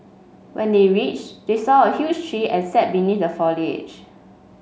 when they reached they saw a huge tree and sat beneath the foliage